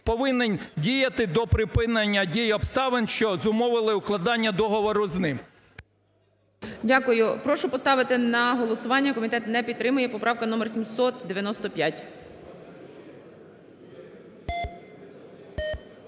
повинен діяти до припинення дій, обставин, що зумовили укладання договору з ним. ГОЛОВУЮЧИЙ. Дякую. Прошу поставити на голосування, комітет не підтримує, поправка номер 795.